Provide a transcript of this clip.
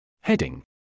Heading